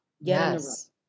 Yes